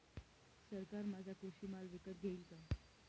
सरकार माझा कृषी माल विकत घेईल का?